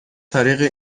طریق